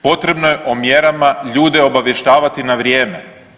Potrebno je o mjerama ljude obavještavati na vrijeme.